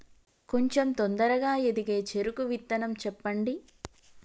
కొంచం తొందరగా ఎదిగే చెరుకు విత్తనం చెప్పండి?